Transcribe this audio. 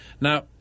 Now